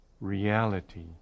reality